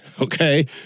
Okay